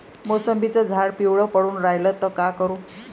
मोसंबीचं झाड पिवळं पडून रायलं त का करू?